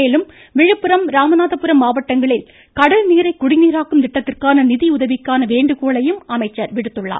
மேலும் விழுப்புரம் ராமநாதபுரம் மாவட்டங்களில் கடல்நீரை குடிநீராக்கும் திட்டத்திற்கான நிதியுதவிக்கான வேண்டுகோளையும் அமைச்சர் விடுத்துள்ளார்